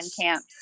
camps